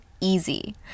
easy